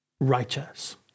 righteous